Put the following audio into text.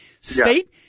State